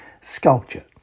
sculpture